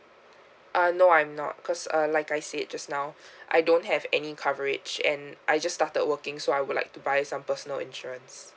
uh no I'm not cause uh like I said just now I don't have any coverage and I just started working so I would like to buy some personal insurance